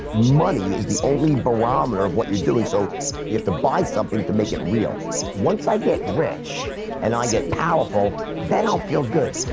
money is the only barometer of what you're doing? so you have to buy something to make it real once i get rich and i get powerful then i'll feel good.